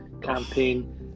campaign